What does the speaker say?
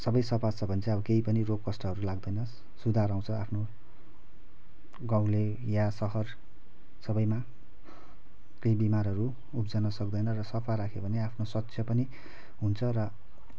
सबै सफा छ भने चाहिँ अब केही पनि रोगकष्टहरू लाग्दैन सुधार आउँछ आफ्नो गाउँले या शहर सबैमा त्यही बिमारहरू उब्जन सक्दैन र सफा राख्यो भने आफ्नो स्वच्छ पनि हुन्छ र